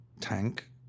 tank